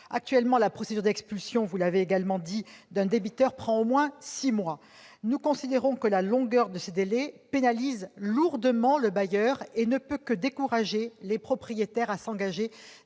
Actuellement, la procédure d'expulsion d'un débiteur prend au moins six mois. Nous considérons que la longueur de ces délais pénalise lourdement le bailleur et ne peut que décourager les propriétaires de s'engager